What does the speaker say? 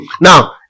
now